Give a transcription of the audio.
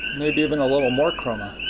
maybe even a little more chroma.